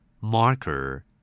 Marker